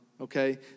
Okay